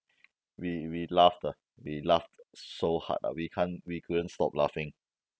we we laughed lah we laughed so hard ah we can't we couldn't stop laughing